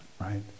right